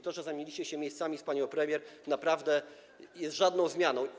To, że zamieniliście się miejscami z panią premier, naprawdę nie jest żadną zmianą.